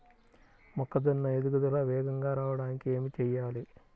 మొక్కజోన్న ఎదుగుదల వేగంగా రావడానికి ఏమి చెయ్యాలి?